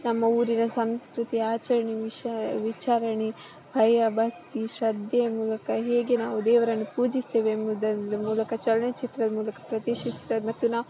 ನಮ್ಮ ಊರಿನ ಸಂಸ್ಕೃತಿಯ ಆಚರಣೆ ವಿಷ ವಿಚಾರಣೆ ಭಯ ಭಕ್ತಿ ಶ್ರದ್ಧೆಯ ಮೂಲಕ ಹೇಗೆ ನಾವು ದೇವರನ್ನು ಪೂಜಿಸ್ತೇವೆಂಬುದನ್ನು ಮೂಲಕ ಚಲಚಿತ್ರದ ಮೂಲಕ ಪ್ರದರ್ಶಿಸ್ದ ಮತ್ತು ನಾ